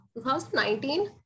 2019